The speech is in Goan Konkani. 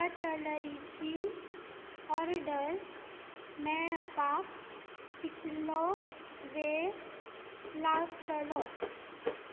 कटलरीची ऑर्डर मेळपाक कितलो वेळ लागतलो